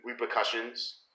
repercussions